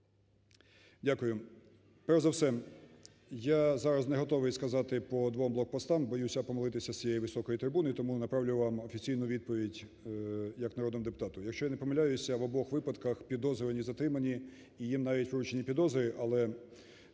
Дякую. Перш за все, я зараз не готовий сказати по двох блокпостах, боюся помилитися з цієї високої трибуни, тому направлю вам офіційну відповідь як народному депутату. Якщо я не помиляюся, в обох випадках підозрювані затримані, і їм навіть вручені підозри, але